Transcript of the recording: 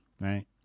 right